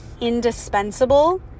indispensable